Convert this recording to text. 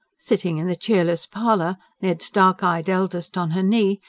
sitting in the cheerless parlour, ned's dark-eyed eldest on her knee,